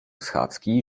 schadzki